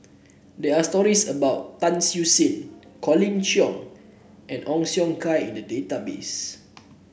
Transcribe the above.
there are stories about Tan Siew Sin Colin Cheong and Ong Siong Kai in the database